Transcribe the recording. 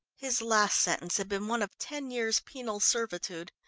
his last sentence had been one of ten years' penal servitude.